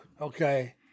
okay